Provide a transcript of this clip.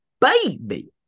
baby